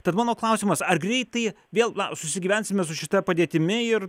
tad mano klausimas ar greitai vėl na susigyvensime su šita padėtimi ir